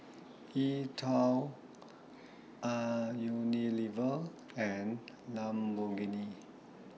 E TWOW Unilever and Lamborghini